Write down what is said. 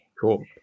Cool